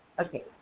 Okay